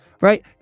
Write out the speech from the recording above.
Right